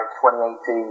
2018